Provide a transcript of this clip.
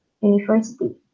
university